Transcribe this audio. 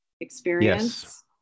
experience